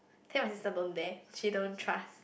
tell my sister don't dare she don't trust